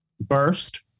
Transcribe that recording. burst